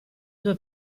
due